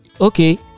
Okay